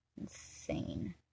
insane